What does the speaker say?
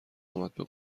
امدبه